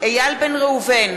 איל בן ראובן,